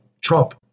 Trump